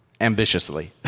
ambitiously